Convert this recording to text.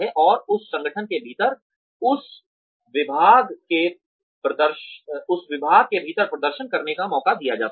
और उस संगठन के भीतर उस विभाग के भीतर प्रदर्शन करने का मौका दिया जाता है